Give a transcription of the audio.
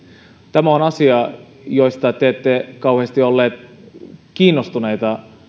tämä on asia josta te ette kauheasti ollut kiinnostunut